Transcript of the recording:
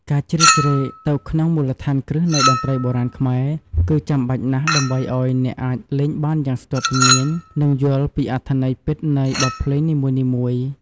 ការជ្រៀតជ្រែកទៅក្នុងមូលដ្ឋានគ្រឹះនៃតន្ត្រីបុរាណខ្មែរ គឺចាំបាច់ណាស់ដើម្បីឱ្យអ្នកអាចលេងបានយ៉ាងស្ទាត់ជំនាញ និងយល់ពីអត្ថន័យពិតនៃបទភ្លេងនីមួយៗ។